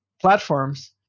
platforms